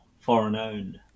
foreign-owned